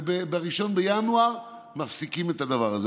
וב-1 בינואר מפסיקים את הדבר הזה.